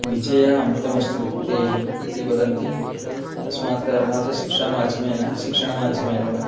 विजया अमृतमश्नुते इति वदन्ति तस्मात् कारणात् शिक्षामाध्यमेन शिक्षण माध्यमेन वा